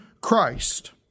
Christ